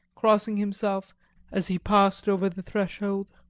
crossing himself as he passed over the threshold.